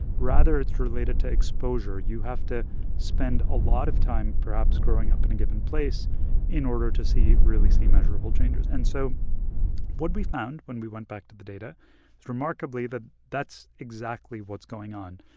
rather, it's related to exposure. you have to spend a lot of time, perhaps, growing up in a given place in order to see really see measurable changes and so what we found when we went back to the data is remarkably that that's exactly what's going on.